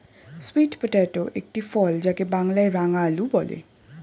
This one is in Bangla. সুইট পটেটো একটি ফল যাকে বাংলায় রাঙালু বলে